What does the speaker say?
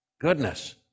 Goodness